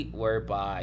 whereby